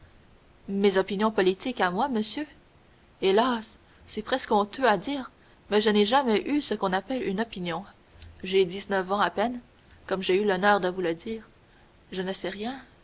mes opinions politiques à moi monsieur hélas c'est presque honteux à dire mais je n'ai jamais eu ce qu'on appelle une opinion j'ai dix-neuf ans à peine comme j'ai eu l'honneur de vous le dire je ne sais rien